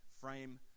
frame